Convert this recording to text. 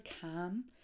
calm